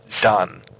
Done